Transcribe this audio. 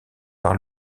par